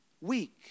weak